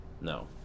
No